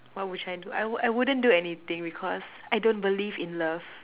what would I do I would I wouldn't do anything because I don't believe in love